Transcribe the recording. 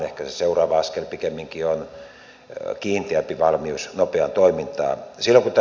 ehkä se seuraava askel pikemminkin on kiinteämpi valmius nopeaan toimintaan